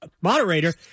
moderator